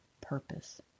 purpose